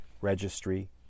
Registry